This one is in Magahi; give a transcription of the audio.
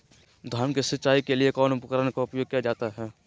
धान की सिंचाई के लिए कौन उपकरण का उपयोग किया जाता है?